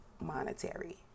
monetary